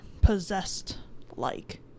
possessed-like